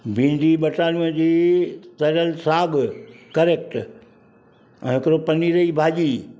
भिंडी butter विझी तरियल साग करैक्ट ऐं हिकिड़ो पनीर जी भाॼी